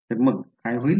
तर मग काय होईल